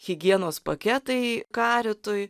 higienos paketai karitui